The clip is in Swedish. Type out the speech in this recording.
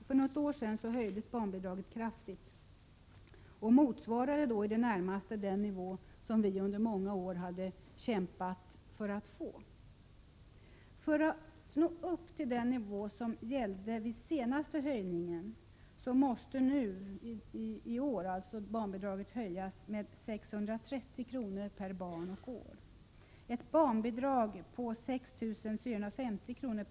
För något år sedan höjdes barnbidraget kraftigt och motsvarade då i det närmaste den nivå som vi under många år kämpat för. För att nå upp till den nivå som gällde vid den senaste höjningen måste barnbidraget i år höjas med 630 kr. per barn och år. Ett barnbidrag på 6 450 kr.